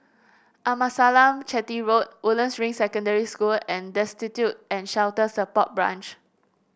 Amasalam Chetty Road Woodlands Ring Secondary School and Destitute and Shelter Support Branch